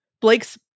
Blake's